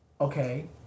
okay